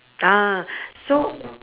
ah so